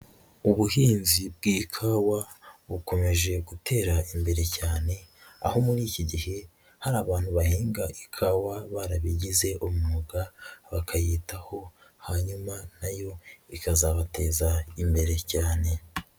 Ubuhinzi bw'ikawa bukomeje gutera imbere cyane, aho muri iki gihe hari abantu bahinga ikawa barabigize umwuga bakayitaho, hanyuma na yo ikazabateza imbere cyane.